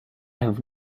have